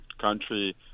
country